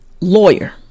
Lawyer